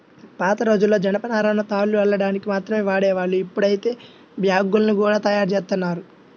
పాతరోజుల్లో జనపనారను తాళ్లు అల్లడానికి మాత్రమే వాడేవాళ్ళు, ఇప్పుడైతే బ్యాగ్గుల్ని గూడా తయ్యారుజేత్తన్నారు